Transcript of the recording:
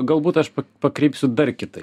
galbūt aš pa pakreipsiu dar kitaip